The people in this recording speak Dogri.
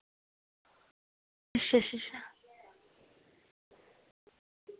अच्छा अच्छा अच्छा